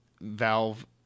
Valve